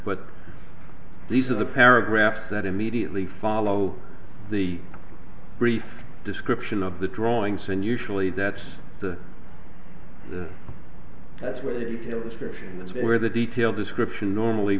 but these are the paragraphs that immediately follow the brief description of the drawings and usually that's the that's where the detailed description is where the detailed description normally